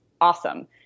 awesome